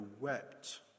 wept